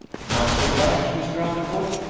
much obliged, mr. underwood,